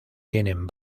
tienen